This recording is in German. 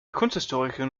kunsthistorikerin